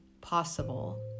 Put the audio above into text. possible